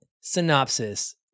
synopsis